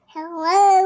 Hello